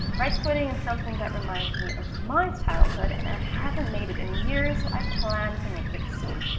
rice pudding is something that reminds me of my childhood and i ah haven't made it in years, so i plan to make it soon.